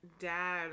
dad